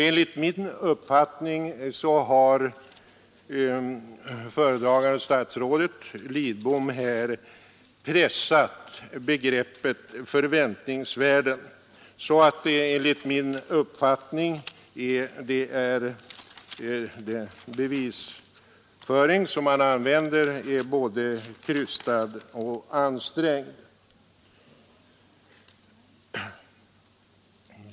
Enligt min uppfattning har föredragande statsrådet herr Lidbom i detta sammanhang pressat begreppet ”förväntningsvärde” genom en bevisföring som är både krystad och ansträngd.